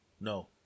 no